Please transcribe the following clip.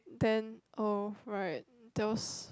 then oh right there was